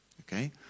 okay